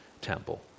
temple